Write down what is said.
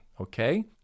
okay